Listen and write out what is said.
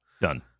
Done